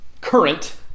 current